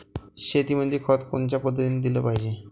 शेतीमंदी खत कोनच्या पद्धतीने देलं पाहिजे?